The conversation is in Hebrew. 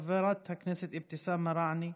חברת הכנסת אבתיסאם מראענה,